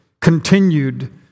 continued